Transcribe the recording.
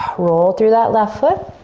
ah roll through that left foot.